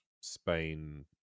spain